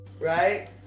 Right